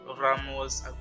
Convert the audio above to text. Ramos